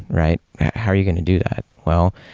right? how are you going to do that? well,